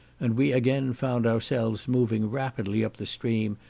and we again found ourselves moving rapidly up the stream,